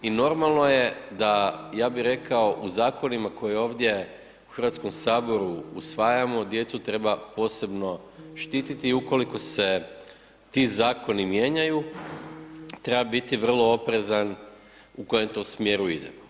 I normalno je da, ja bih rekao u zakonima koji ovdje u HS-u usvajamo, djecu treba posebno štiti i ukoliko se ti zakoni mijenjaju treba biti vrlo oprezan u kojem to smjeru ide.